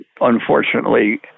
unfortunately